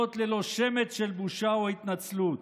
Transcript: ללא שמץ של בושה או התנצלות.